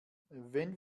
wenn